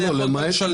לא, למעט קנס.